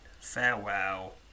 farewell